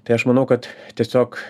tai aš manau kad tiesiog